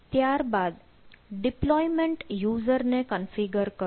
ત્યારબાદ deployment user ને configure કરો